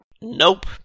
Nope